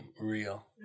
real